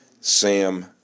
Sam